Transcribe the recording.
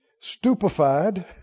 stupefied